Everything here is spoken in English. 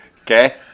Okay